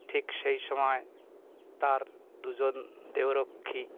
ঠিক সেই সময় তার দুজন দেহরক্ষী